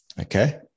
Okay